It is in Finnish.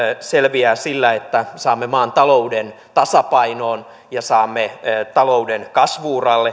selviää sillä että saamme maan talouden tasapainoon ja saamme talouden kasvu uralle